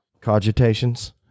cogitations